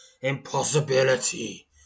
impossibility